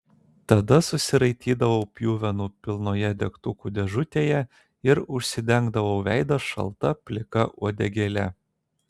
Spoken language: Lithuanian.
tada susiraitydavau pjuvenų pilnoje degtukų dėžutėje ir užsidengdavau veidą šalta plika uodegėle